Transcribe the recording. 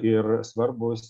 ir svarbus